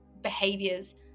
behaviors